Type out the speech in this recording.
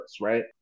right